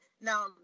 now